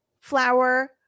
flour